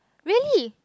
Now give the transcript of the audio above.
really